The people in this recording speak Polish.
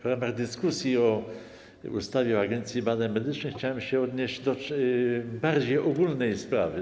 W ramach dyskusji o ustawie o Agencji Badań Medycznych chciałem się odnieść do bardziej ogólnej sprawy.